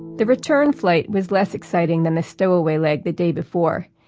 the return flight was less exciting than the stowaway leg the day before.